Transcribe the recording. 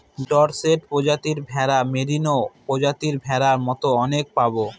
Dorset প্রজাতির ভেড়া, merino প্রজাতির ভেড়ার মতো অনেক পাবো